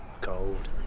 Cold